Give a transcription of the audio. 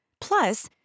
Plus